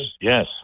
yes